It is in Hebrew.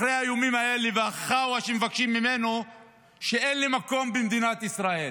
אחרי האיומים האלה והחאווה שמבקשים ממנו אין לי מקום במדינת ישראל.